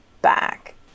back